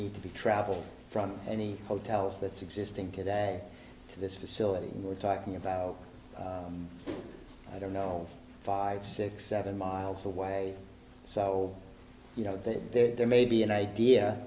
need to be traveled from any hotels that's existing today this facility we're talking about i don't know five six seven miles away so you know that there may be an idea